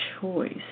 choice